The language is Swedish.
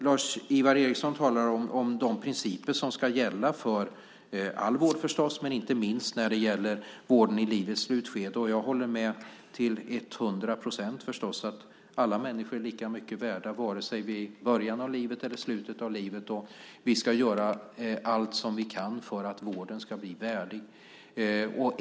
Lars-Ivar Ericson talar om de principer som ska gälla för all vård - förstås - inte minst vården i livets slutskede. Jag håller givetvis med till hundra procent. Vi människor är alla lika mycket värda vare sig vi är i början av livet eller vi är i slutet av livet. Vi ska göra allt vi kan för att vården ska bli värdig.